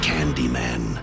Candyman